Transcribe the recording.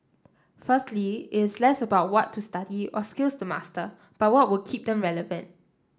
firstly it's less about what to study or skills to master but what would keep them relevant